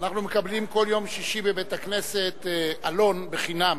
אנחנו מקבלים כל יום שישי בבית-הכנסת עלון חינם.